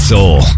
Soul